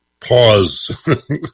pause